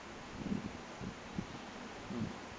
mm